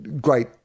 great